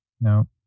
no